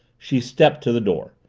she stepped to the door.